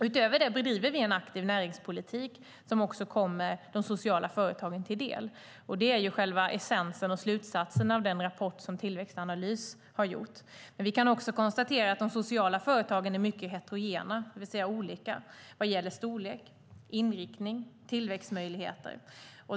Utöver detta bedriver vi en aktiv näringspolitik som också kommer de sociala företagen till del, och det är själva essensen och slutsatsen av den rapport som Tillväxtanalys har gjort. Vi kan också konstatera att de sociala företagen är mycket heterogena, det vill säga olika, vad gäller storlek, inriktning och tillväxtmöjligheter.